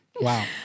Wow